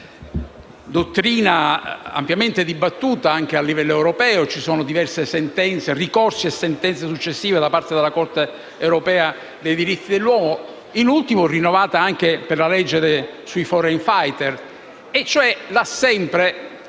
dottrina ampiamente dibattuta anche a livello europeo (ci sono stati diversi ricorsi e sentenze successive da parte della Corte europea dei diritti dell'uomo), in ultimo rinnovata anche per la legge sui *foreign fighter.* Sappiamo